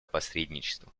посредничества